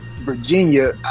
Virginia